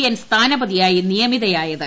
N സ്ഥാനപതിയായി നിയമിതയായത്